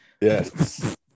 Yes